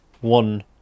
one